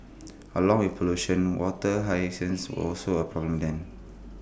along with pollution water hyacinths were also A problem then